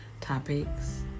topics